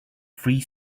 free